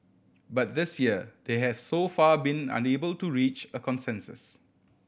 but this year they have so far been unable to reach a consensus